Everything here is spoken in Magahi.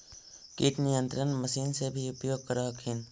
किट नियन्त्रण मशिन से भी उपयोग कर हखिन?